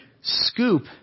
scoop